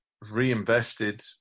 reinvested